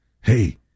Hey